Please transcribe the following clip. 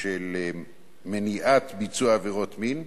של מניעת ביצוע עבירות מין,